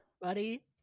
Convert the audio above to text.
buddy